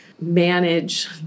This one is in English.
manage